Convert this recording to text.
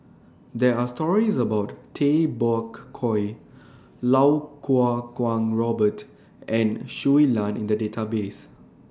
There Are stories about Tay Bak Koi Lau Kuo Kwong Robert and Shui Lan in The Database